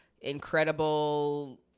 incredible